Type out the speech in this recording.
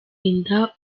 inda